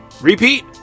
Repeat